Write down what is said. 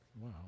Wow